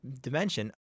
dimension